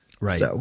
Right